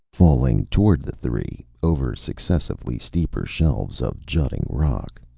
falling toward the three over successively steeper shelves of jutting rock.